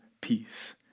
peace